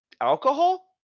alcohol